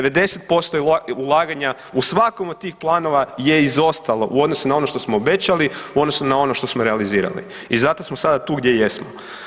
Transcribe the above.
90% ulaganja u svakom od tih planova je izostalo u odnosu na ono što smo obećali u odnosu na ono što smo realizirali i zato smo sada tu gdje jesmo.